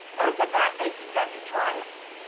over that they can never triumph,